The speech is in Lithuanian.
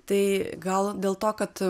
tai gal dėl to kad